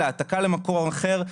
העתקה למקום אחר,